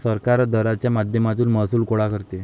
सरकार दराच्या माध्यमातून महसूल गोळा करते